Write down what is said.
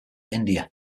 india